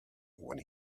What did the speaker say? when